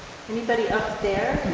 anybody up there?